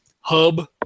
hub